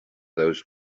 those